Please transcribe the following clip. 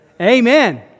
Amen